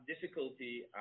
difficulty